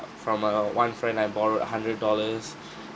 from err one friend I borrowed a hundred dollars